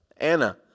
Anna